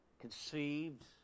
conceived